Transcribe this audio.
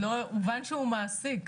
הובן שהוא מעסיק.